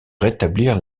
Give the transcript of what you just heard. rétablir